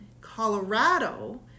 Colorado